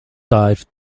dive